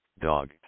dog